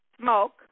smoke